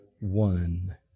one